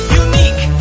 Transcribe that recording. unique